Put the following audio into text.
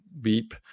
beep